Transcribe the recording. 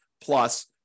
plus